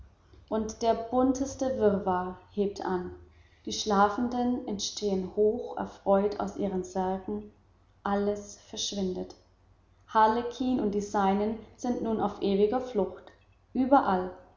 und der bunteste wirrwarr hebt an die schlafenden erstehen hoch erfreut aus ihren särgen alles verschwindet harlekin und die seinen sind nun auf ewiger flucht überall